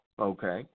okay